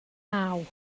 naw